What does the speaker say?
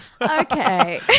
Okay